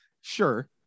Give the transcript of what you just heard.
Sure